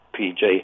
PJ